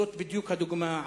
זאת בדיוק הדוגמה,